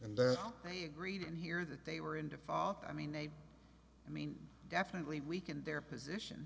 and i agreed and here that they were in to follow up i mean they i mean definitely weakened their position